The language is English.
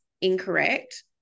incorrect